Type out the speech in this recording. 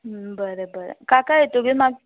बरें बरें काका येतकीर म्हाका